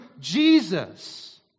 Jesus